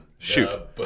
Shoot